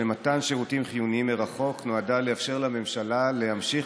למתן שירותים חיוניים מרחוק נועדה לאפשר לממשלה להמשיך